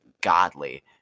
godly